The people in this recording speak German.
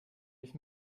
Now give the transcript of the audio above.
ich